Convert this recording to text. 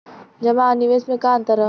जमा आ निवेश में का अंतर ह?